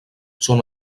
són